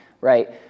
right